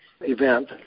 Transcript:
event